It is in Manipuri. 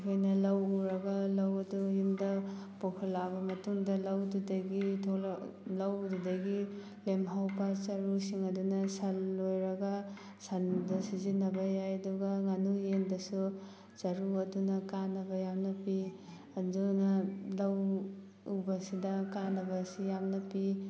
ꯑꯩꯈꯣꯏꯅ ꯂꯧ ꯎꯔꯒ ꯂꯧ ꯑꯗꯨ ꯌꯨꯝꯗ ꯄꯨꯈꯠꯂꯛꯑꯕ ꯃꯇꯨꯡꯗ ꯂꯧꯗꯨꯗꯒꯤ ꯂꯧꯗꯨꯗꯒꯤ ꯂꯦꯝꯍꯧꯕ ꯆꯔꯨꯁꯤꯡ ꯑꯗꯨꯅ ꯁꯟ ꯂꯣꯏꯔꯒ ꯁꯟꯗ ꯁꯤꯖꯟꯅꯕ ꯌꯥꯏ ꯑꯗꯨꯒ ꯉꯥꯅꯨ ꯌꯦꯟꯗꯁꯨ ꯆꯔꯨ ꯑꯗꯨꯅ ꯀꯥꯅꯕ ꯌꯥꯝꯅ ꯄꯤ ꯑꯗꯨꯅ ꯂꯧ ꯎꯕꯁꯤꯗ ꯀꯥꯟꯅꯕꯁꯤ ꯌꯥꯝꯅ ꯄꯤ